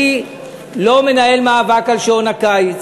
אני לא מנהל מאבק על שעון הקיץ,